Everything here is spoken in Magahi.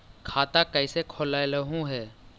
खाता कैसे खोलैलहू हे?